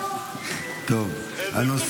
נו --- איזה